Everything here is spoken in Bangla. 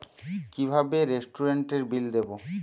কিভাবে রেস্টুরেন্টের বিল দেবো?